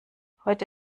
heute